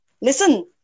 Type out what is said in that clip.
listen